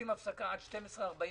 הצו אושר.